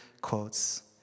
quotes